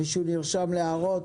מישהו נרשם להערות?